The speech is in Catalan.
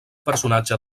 personatge